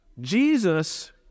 jesus